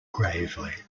gravely